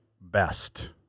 best